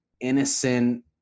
innocent